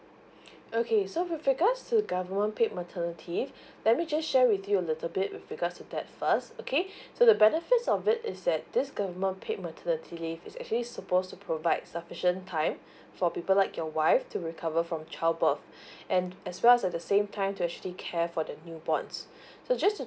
okay so with regards to government paid maternity let me just share with you a little bit with regards to that first okay so the benefits of it is that this government paid maternity leave is actually supposed to provide sufficient time for people like your wife to recover from child birth and as well as at the same time to actually care for the newborns so just to